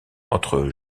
entre